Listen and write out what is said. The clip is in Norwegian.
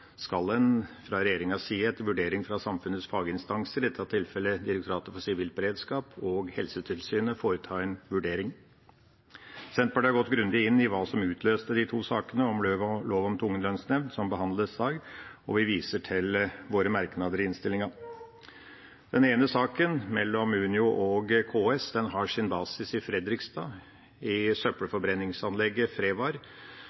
skal en fra regjeringas side hvis streiken utgjør en fare for liv og helse, etter vurdering fra samfunnets faginstanser – i dette tilfellet Direktoratet for samfunnssikkerhet og beredskap og Helsetilsynet – foreta en vurdering. Senterpartiet har gått grundig inn i hva som utløste de to sakene i lov om tvungen lønnsnemnd som behandles i dag, og vi viser til våre merknader i innstillinga. Den ene saken, mellom Unio og KS, har sin basis i Fredrikstad, i